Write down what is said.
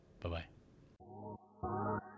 Bye-bye